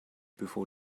before